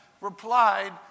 replied